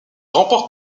remporte